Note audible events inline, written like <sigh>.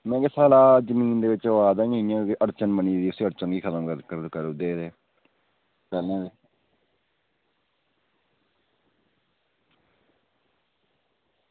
<unintelligible> साढ़ा जमीन दे बिच्च ओह् आखदे निं इ'यां अड़चन बनी दी उसी अड़चन गी खतम करी ओड़दे हे <unintelligible>